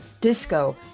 disco